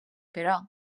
però